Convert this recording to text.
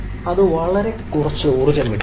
അത് വളരെ കുറച്ച് ഊർജ്ജം എടുക്കും